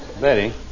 Betty